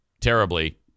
terribly